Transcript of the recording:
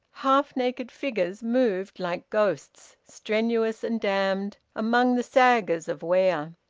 half-naked figures moved like ghosts, strenuous and damned, among the saggers of ware.